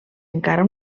encara